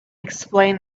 explained